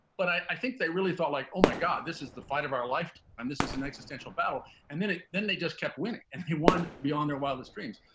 but i think they really thought like, oh my god, this is the fight of our life and this is an existential battle. and then then they just kept winning and they won beyond their wildest dreams.